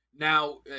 Now